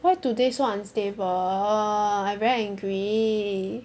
why today so unstable I very angry